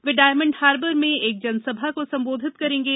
वह डायमंड हार्बर में एक जनसभा को संबोधित करेंगे